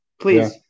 Please